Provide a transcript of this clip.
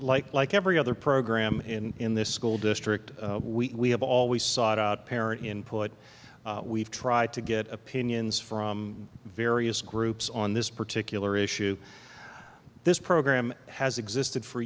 like like every other program and in the school district we have always sought out parent input we've tried to get opinions from various groups on this particular issue this program has existed for